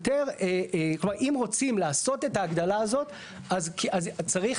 אם רוצים לעשות את ההגדלה הזאת אז צריך